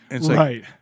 Right